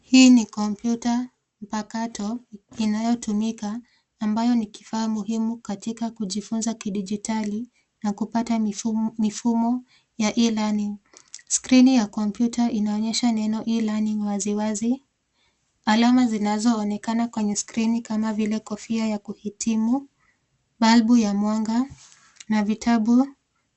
Hii ni kompyuta mpakato inayotumika ambayo ni kifaa muhimu katika kujifunza kidijitali na kupata mifum- mifumo ya e-learning . Skrini ya kompyuta inaonyesha neno e-learning wazi wazi. Alama zinazoonekana kwenye skrini kama vile kofia ya kuhitimu, balbu ya mwanga na vitabu